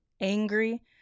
angry